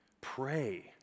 Pray